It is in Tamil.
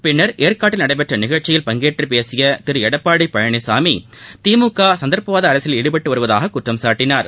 பின்னர் ஏற்காட்டில் நடைபெற்றநிகழ்ச்சியில் பங்கேற்றுபேசியதிருளடப்பாடிபழனிசாமிதிமுகசந்தா்ப்பவாதஅரசியலில் ஈடுபட்டுவருவதாககுற்றம்சாட்டினார்